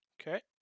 Okay